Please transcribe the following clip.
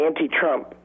anti-Trump